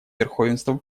верховенства